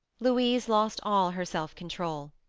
louise lost all her self-control.